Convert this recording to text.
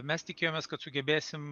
mes tikėjomės kad sugebėsim